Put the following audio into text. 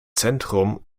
zentrum